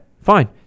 fine